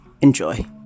Enjoy